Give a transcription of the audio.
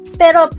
pero